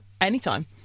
anytime